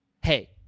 Hey